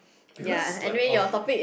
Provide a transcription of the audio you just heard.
because like alter~